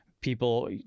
people